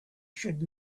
should